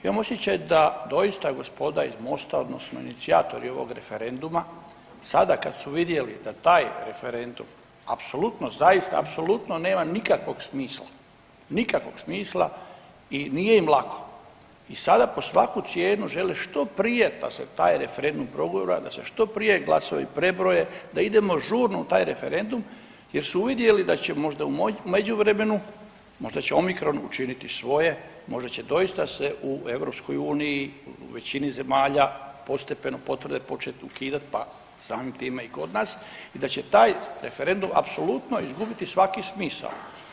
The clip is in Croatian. Imam osjećaj da doista gospoda iz Mosta odnosno inicijatori ovog referenduma sada kad su vidjeli da taj referendum apsolutno zaista, apsolutno nema nikakvog smisla, nikakvog smisla i nije im lako i sada pod svaku cijenu žele što prije da se taj referendum progura, da se što prije glasovi prebroje, da idemo žurno u taj referendum jer su uvidjeli da će možda u međuvremenu, možda će omikron učiniti svoje, možda će doista se u EU u većini zemalja postepeno potvrde početi ukidati pa samim time i kod nas i da će taj referendum apsolutno izgubiti svaki smisao.